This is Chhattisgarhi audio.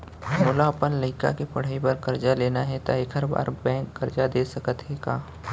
मोला अपन लइका के पढ़ई बर करजा लेना हे, त एखर बार बैंक करजा दे सकत हे का?